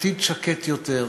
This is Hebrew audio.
עתיד שקט יותר,